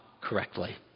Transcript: correctly